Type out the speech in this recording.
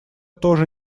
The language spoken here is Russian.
тоже